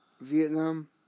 Vietnam